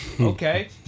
Okay